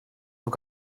fod